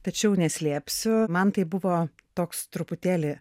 tačiau neslėpsiu man tai buvo toks truputėlį